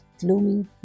gloomy